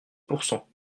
pourcent